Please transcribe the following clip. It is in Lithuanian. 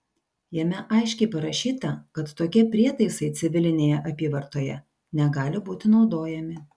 jame aiškiai parašyta kad tokie prietaisai civilinėje apyvartoje negali būti naudojami